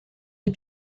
les